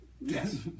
yes